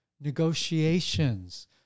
negotiations